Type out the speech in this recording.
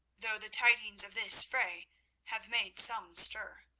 though the tidings of this fray have made some stir.